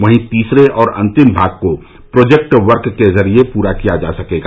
वहीं तीसरे और अंतिम भाग को प्रोजेक्ट वर्क के जरिए पूरा किया जा सकेगा